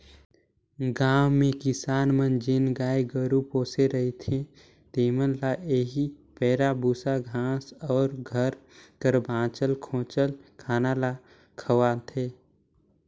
गाँव में किसान मन जेन गाय गरू पोसे रहथें तेमन ल एही पैरा, बूसा, घांस अउ घर कर बांचल खोंचल खाना ल खवाथें